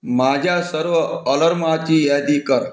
माझ्या सर्व अलर्माची यादी कर